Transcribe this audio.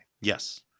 yes